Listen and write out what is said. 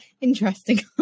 Interesting